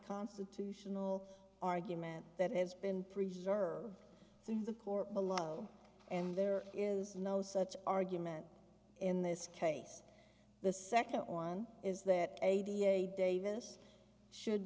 constitutional argument that has been preserved in the court below and there is no such argument in this case the second one is that a davis should